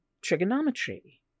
trigonometry